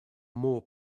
more